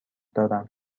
دارم